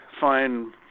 fine